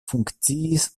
funkciis